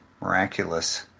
miraculous